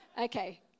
Okay